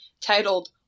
titled